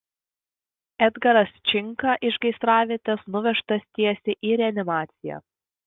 edgaras činka iš gaisravietės nuvežtas tiesiai į reanimaciją